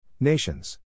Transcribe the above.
Nations